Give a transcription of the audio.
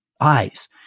eyes